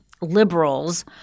liberals